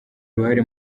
uruhare